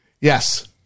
Yes